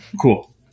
cool